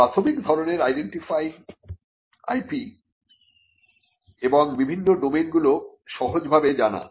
প্রাথমিক ধরনের identifying IP oneণ এবং বিভিন্ন ডোমেইনগুলো সহজভাবে জানা